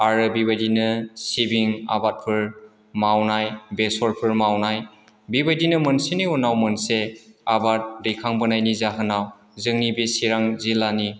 आरो बिबादिनो सिबिं आबादफोर मावनाय बेसरफोर मावनाय बेबायदिनो मोनसेनि उनाव मोनसे आबाद दैखांबोनायनि जाहोनाव जोंनि बे चिरां जिल्लानि